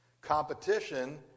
Competition